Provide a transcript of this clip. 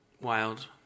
Wild